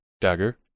dagger